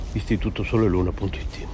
istitutosoleluna.it